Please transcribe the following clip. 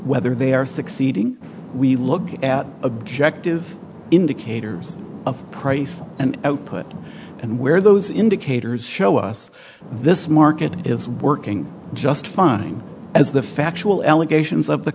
whether they are succeeding we look at objective indicators of price and output and where those indicators show us this market is working just fine as the factual allegations of the